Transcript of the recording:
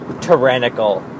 tyrannical